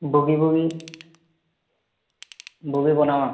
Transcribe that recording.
ବୁଗି ବୁଗି ବୁଗି ବନାବା